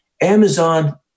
Amazon